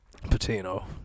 Patino